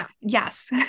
Yes